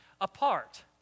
apart